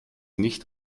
nicht